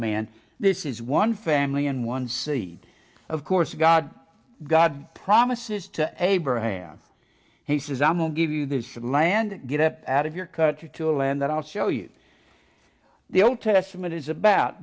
men this is one family and one seed of course god god promises to abraham he says i'm will give you this land get up out of your cutter to a land that i'll show you the old testament is about